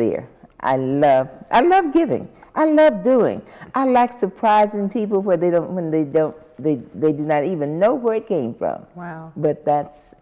there i love i'm not giving i'm not doing i lack surprising people where they don't when they don't they they do not even know where it came from wow but that's